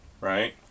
Right